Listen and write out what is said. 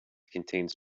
contains